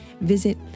Visit